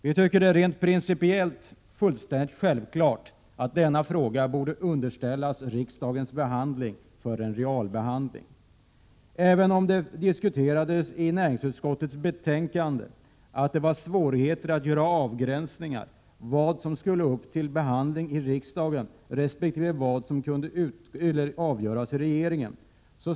Vi tycker att det rent principiellt är fullständigt självklart att denna fråga skall underställas riksdagen för en realbehandling. Det stod visserligen i näringsutskottets betänkande att det fanns svårigheter när det gäller att göra avgränsningar mellan vad som skall tas upp till behandling av riksdagen och vad som skall avgöras av regeringen.